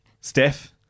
Steph